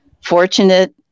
Fortunate